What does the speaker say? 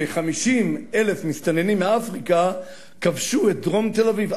ש-50,000 מסתננים מאפריקה כבשו את דרום תל-אביב,